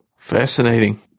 Fascinating